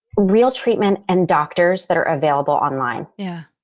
real treatment and doctors that are available online yeah